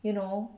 you know